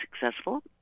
successful